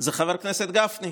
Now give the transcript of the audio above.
הוא חבר הכנסת גפני,